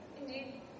Indeed